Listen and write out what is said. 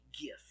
gift